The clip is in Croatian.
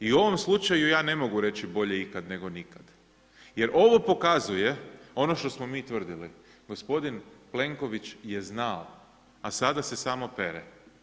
I u ovom slučaju ja ne mogu reći bolje ikad nego nikad jer ovo pokazuje ono što smo mi tvrdili, gospodin Plenković je znao, a sada se samo pere.